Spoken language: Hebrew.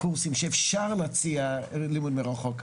זאת למידה מרחוק,